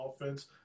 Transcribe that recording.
offense